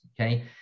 Okay